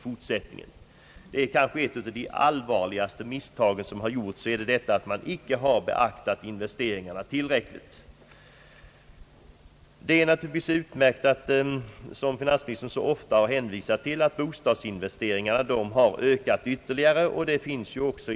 Ett av de allvarligaste misstagen är att man inte har beaktat investeringarna tillräckligt. Det är naturligtvis utmärkt — och det har finansministern ofta hänvisat till — att bostadsinvesteringarna ytterligare har ökat.